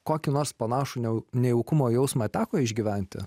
kokį nors panašų neu nejaukumo jausmą teko išgyventi